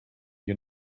you